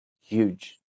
huge